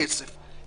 סופרים אותן.